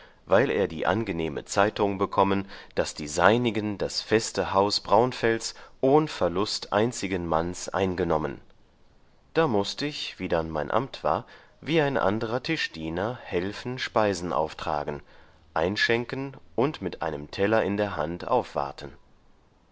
weil er die angenehme zeitung bekommen daß die seinigen das feste haus braunfels ohn verlust einzigen manns eingenommen da mußt ich wie dann mein amt war wie ein anderer tischdiener helfen speisen auftragen einschenken und mit einem teller in der hand aufwarten